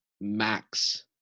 Max